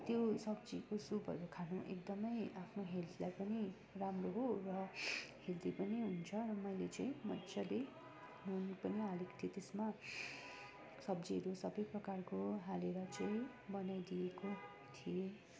त्यो सब्जीको सुपहरू खान एकदम आफ्नो हेल्थलाई पनि राम्रो हो र हेल्दी पनि हुन्छ र मैले चाहिँ मजाले नुन पनि हालेको थिएँ त्यसमा सब्जीहरू सबै प्रकारको हालेर चाहिँ बनाइदिएको थिएँ